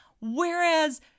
whereas